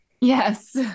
Yes